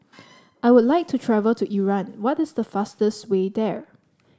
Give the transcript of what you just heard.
I would like to travel to Iran what is the fastest way there